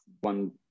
one